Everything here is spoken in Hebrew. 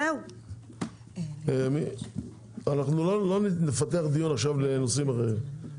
לא נפתח דיון לנושאים אחרים.